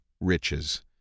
riches